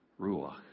ruach